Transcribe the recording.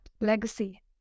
legacy